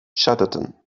scheiterten